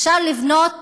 אפשר לבנות